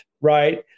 right